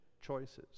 choices